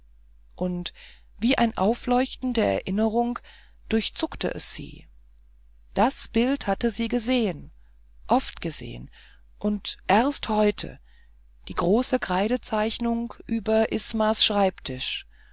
und wie ein aufleuchten der erinnerung durchzuckte es sie das bild hatte sie gesehen oft gesehen und erst heute die große kreidezeichnung über ismas schreibtisch